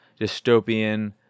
dystopian